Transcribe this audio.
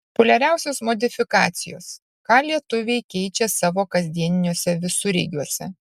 populiariausios modifikacijos ką lietuviai keičia savo kasdieniniuose visureigiuose